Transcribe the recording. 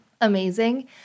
amazing